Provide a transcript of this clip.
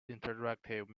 interactive